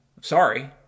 Sorry